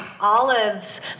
Olives